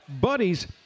Buddies